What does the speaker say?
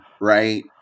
right